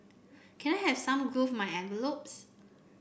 can I have some glue my envelopes